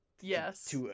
Yes